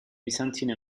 byzantine